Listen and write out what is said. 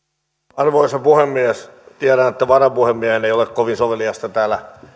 arvoisa puhemies tiedän että varapuhemiehen ei ole kovin soveliasta täällä